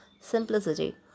simplicity